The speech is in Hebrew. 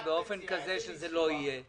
אם ננסח את זה באופן כזה שזה לא יהיה?